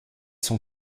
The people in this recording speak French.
son